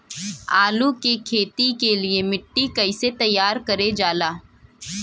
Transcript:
आलू की खेती के लिए मिट्टी कैसे तैयार करें जाला?